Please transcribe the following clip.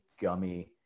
gummy